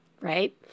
right